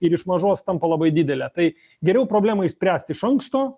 ir iš mažos tampa labai didelė tai geriau problemą išspręst iš anksto